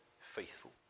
faithful